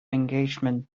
engagement